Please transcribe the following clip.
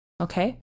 Okay